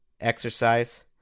Exercise